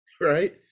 right